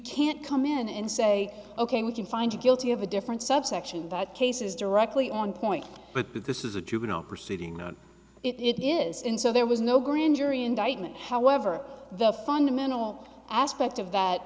can't come in and say ok we can find you guilty of a different subsection but cases directly on point but this is a juvenile proceeding it is in so there was no grand jury indictment however the fundamental aspect of that